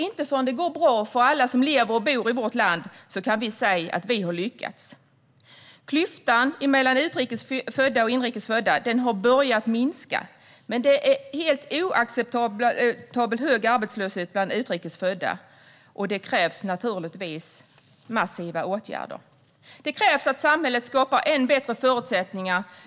Inte förrän det går bra för alla som lever och bor i vårt land kan vi säga att vi har lyckats. Klyftan mellan utrikes och inrikes födda har börjat minska. Men det är en helt oacceptabelt hög arbetslöshet bland utrikes födda, och det krävs naturligtvis massiva åtgärder. Det krävs att samhället skapar än bättre förutsättningar.